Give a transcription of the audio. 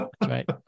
right